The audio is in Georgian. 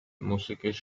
მუსიკის